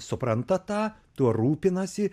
supranta tą tuo rūpinasi